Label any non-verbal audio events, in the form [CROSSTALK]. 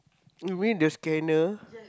you mean the scanner [NOISE]